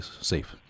safe